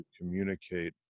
communicate